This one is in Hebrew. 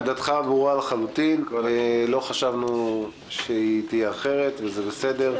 עמדתך ברורה לחלוטין לא חשבנו שתהיה אחרת וזה בסדר.